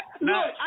No